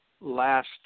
last